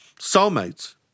soulmates